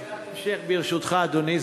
שאלת המשך, ברשותך, אדוני.